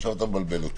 עכשיו אתה מבלבל אותי.